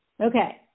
Okay